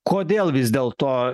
kodėl vis dėlto